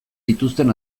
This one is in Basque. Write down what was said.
dituzten